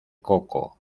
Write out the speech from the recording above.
coco